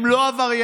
הם לא עבריינים.